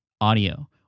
audio